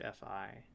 FI